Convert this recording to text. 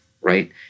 right